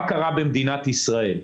מה קרה במדינת ישראל?